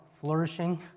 flourishing